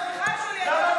14 בעד,